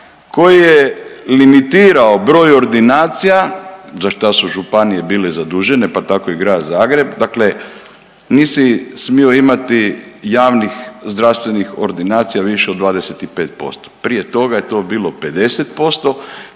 koji je limitirao broj ordinacija za šta su županije bile zadužene, pa tako i Grad Zagreb, dakle nisi smio imati javnih zdravstvenih ordinacija više od 25%. Prije toga je to bilo 50%